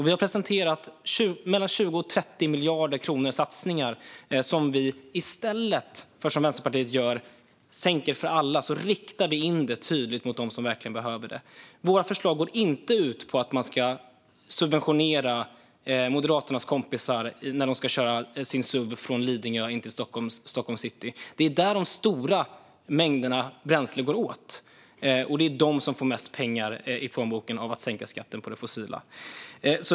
Vi har presenterat satsningar på mellan 20 och 30 miljarder kronor som vi tydligt riktar in mot dem som verkligen behöver dem, i stället för att som Vänsterpartiet gör sänka skatten för alla. Våra förslag går inte ut på att man ska subventionera Moderaternas kompisar när de ska köra sina suvar från Lidingö in till Stockholms city. Det är där de stora mängderna bränsle går åt, och det är de som får mest pengar i plånboken om skatten sänks på det fossila.